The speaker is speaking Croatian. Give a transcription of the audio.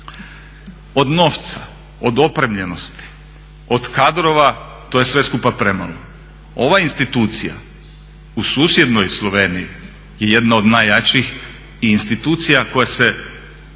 Od novca, od opremljenosti, od kadrova to je sve skupa premalo. Ova institucija u susjednoj Sloveniji je jedna od najjačih i institucija koja se,